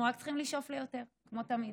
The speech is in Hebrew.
אנחנו רק צריכים לשאוף ליותר, כמו תמיד.